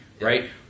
right